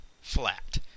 flat